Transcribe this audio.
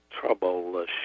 trouble